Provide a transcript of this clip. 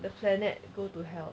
the planet go to hell